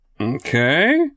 Okay